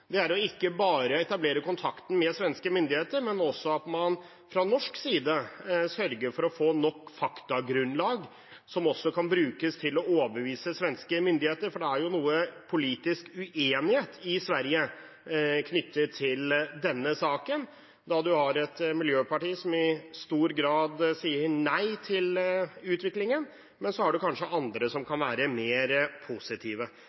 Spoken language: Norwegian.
er ikke bare å etablere kontakt med svenske myndigheter, men også at man fra norsk side sørger for å få nok faktagrunnlag som kan brukes til å overbevise svenske myndigheter. Det er jo noe politisk uenighet i Sverige knyttet til denne saken, da man har et miljøparti som i stor grad sier nei til utviklingen, men så har man kanskje andre som kan være mer positive.